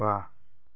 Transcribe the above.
बा